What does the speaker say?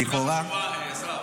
לכאורה --- זאת נקודה חשובה, השר.